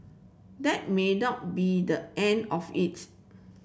that may not be the end of it